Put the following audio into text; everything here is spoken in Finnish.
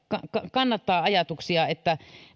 kannattaa ajatuksia että